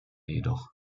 jedoch